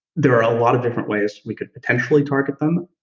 there are a lot of different ways we could potentially target them.